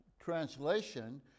translation